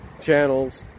channels